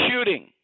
shooting